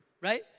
right